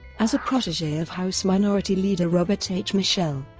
as a protege of house minority leader robert h. michel,